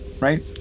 right